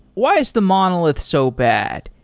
why is the monolith so bad?